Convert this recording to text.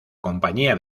compañía